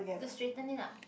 the straighten it up